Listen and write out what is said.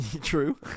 true